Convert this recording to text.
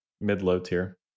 Mid-low-tier